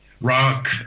rock